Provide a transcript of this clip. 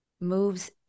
moves